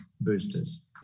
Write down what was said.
boosters